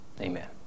amen